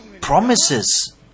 promises